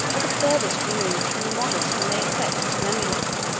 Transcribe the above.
are the farthest removed from the models whom they affect to emulate.